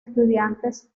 estudiantes